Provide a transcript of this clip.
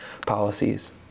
policies